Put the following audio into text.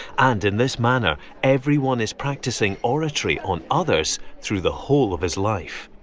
and in this manner everyone is practicing oratory on others through the whole of his life.